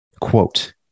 Quote